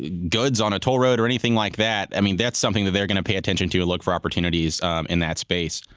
goods on a toll road, or anything like that, i mean that's something that they're going to pay attention to and look for opportunities in that space.